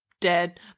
dead